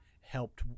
helped